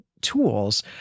tools